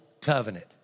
covenant